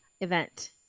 event